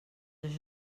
això